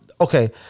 Okay